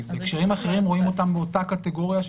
כי בהקשרים אחרים רואים אותם באותה קטגוריה,